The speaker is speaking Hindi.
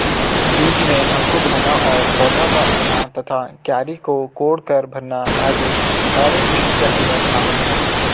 बीज में अंकुर होना और पौधा का उगना तथा क्यारी को कोड़कर भरना आदि कार्य कृषिचक्र में शामिल है